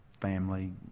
family